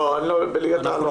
לא, בליגת העל.